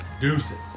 deuces